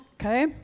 Okay